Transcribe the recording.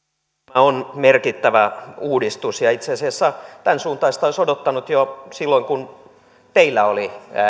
on merkittävä uudistus ja itse asiassa tämänsuuntaista olisi odottanut jo silloin kun teillä oli